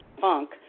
funk